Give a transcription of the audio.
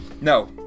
No